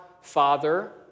Father